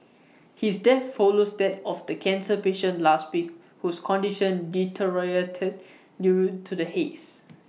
his death follows that of the cancer patient last week whose condition deteriorated due to the hazes